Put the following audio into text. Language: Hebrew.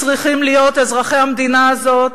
אזרחי המדינה הזאת,